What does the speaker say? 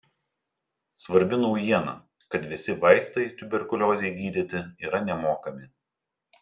svarbi naujiena kad visi vaistai tuberkuliozei gydyti yra nemokami